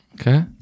Okay